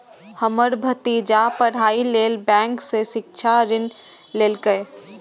हमर भतीजा पढ़ाइ लेल बैंक सं शिक्षा ऋण लेलकैए